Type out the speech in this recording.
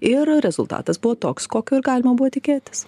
ir rezultatas buvo toks kokio ir galima buvo tikėtis